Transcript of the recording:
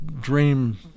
dream